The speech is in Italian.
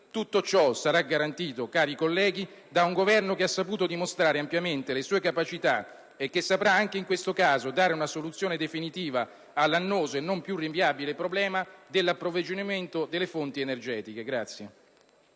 Tutto ciò sarà garantito, cari colleghi, da un Governo che ha saputo dimostrare ampiamente le sue capacità e che saprà, anche in questo caso, dare una soluzione definitiva all'annoso e non più rinviabile problema dell'approvvigionamento delle fonti energetiche.